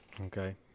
Okay